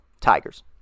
Tigers